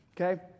Okay